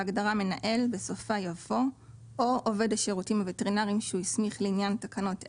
בהגדרה "מנהל" בסופה יבוא "או מי שהוא הסמיך לעניין תקנות אלה,